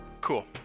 Cool